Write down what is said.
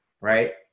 Right